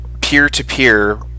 peer-to-peer